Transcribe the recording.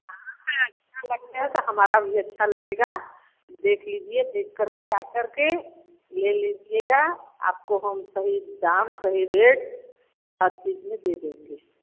हाँ हाँ अच्छा लगता है तो हमारा भी अच्छा लगेगा देख लीजिए देख कर के आकर के ले लीजिएगा आपको हम सही दाम सही रेट आपकी इसमें दे देंगे